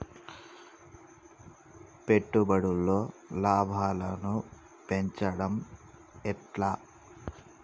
పెట్టుబడులలో లాభాలను పెంచడం ఎట్లా?